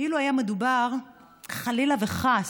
אילו היה מדובר, חלילה וחס,